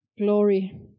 Glory